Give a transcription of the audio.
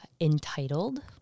entitled